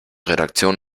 redaktion